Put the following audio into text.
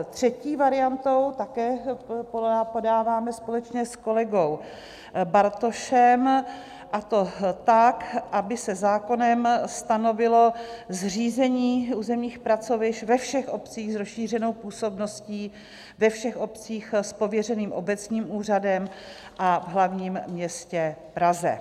Třetí variantu také podáváme společně s kolegou Bartošem, a to tak, aby se zákonem stanovilo zřízení územních pracovišť ve všech obcích s rozšířenou působností, ve všech obcích s pověřeným obecním úřadem a v hlavním městě Praze.